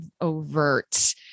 overt